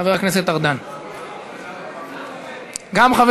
חברת הכנסת יעל גרמן, מוותרת, חבר